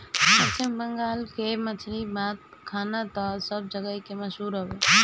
पश्चिम बंगाल के मछरी बात खाना तअ सब जगही मसहूर हवे